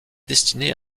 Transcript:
destiné